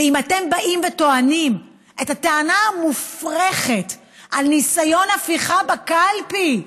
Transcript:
ואם אתם באים וטוענים את הטענה המופרכת על ניסיון הפיכה בקלפי,